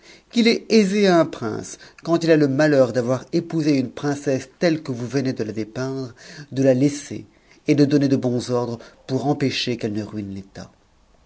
qu'il est aisé à un prince quand il a le malheur d'avoir épousé une princesse telle que vous venpï de la dépeindre de la laisser et de donner de bons ordres pour empêcher qu'elle ne ruine